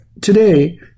today